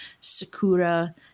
Sakura